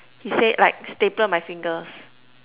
he said like staple my fingers